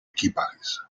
equipajes